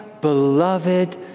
beloved